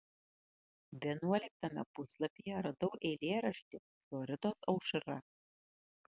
vienuoliktame puslapyje radau eilėraštį floridos aušra